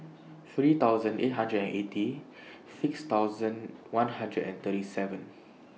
three thousand eight hundred and eighty six thousand one hundred and thirty seven